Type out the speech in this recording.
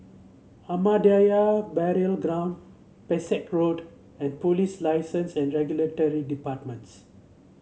Ahmadiyya Burial Ground Pesek Road and Police License and Regulatory Departments